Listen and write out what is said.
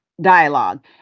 dialogue